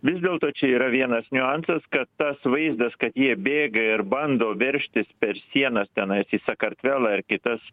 vis dėlto čia yra vienas niuansas kad tas vaizdas kad jie bėga ir bando veržtis per sienas tenais į sakartvelą ir kitas